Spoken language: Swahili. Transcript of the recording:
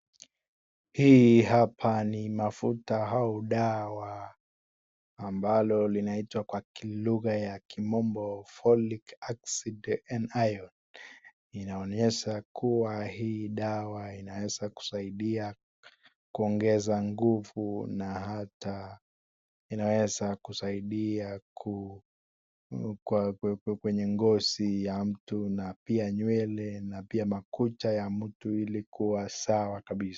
Hii hapa ni mafuta au dawa, ambalo linaitwa kwa lugha ya kimombo folic acid NIO . Inaonyesha kuwa hii dawa inawekusaidia kuongeza nguvu na hata inaweza kusaidia kwenye ngozi, ya mtu na pia nywele, na pia makucha ya mtu ili kuwa sawa kabisa.